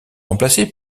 remplacés